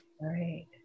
Right